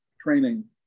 training